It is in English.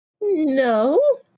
no